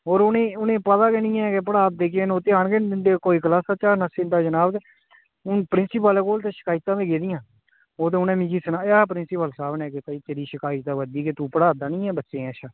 होर उ'नेंगी उ'नेंगी पता गै नी ऐ कि पढ़ाऽ दे की न ओह् ध्यान गै नेईं दिंदे कोई क्लास चा नस्सी जंदा जनाब हून प्रिंसिपल कोल ते शकैतां बी गेदियां ओह् ते उ'नें मिगी सनाया हा प्रिंसिपल साह्ब ने कि भई तेरी शकैत आवै दी कि तू पढ़ाऽ दा नी ऐ बच्चें गी अच्छा